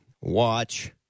watch